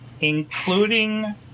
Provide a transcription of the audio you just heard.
including